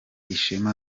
ishema